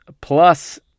plus